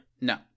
No